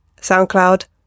SoundCloud